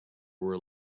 were